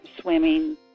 swimming